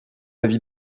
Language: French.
avis